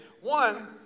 One